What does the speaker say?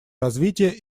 развитие